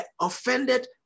offended